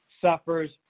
suffers